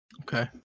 Okay